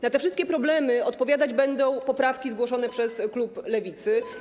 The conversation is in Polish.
Na te wszystkie problemy odpowiadać będę poprawki zgłoszone przez klub Lewicy.